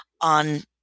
on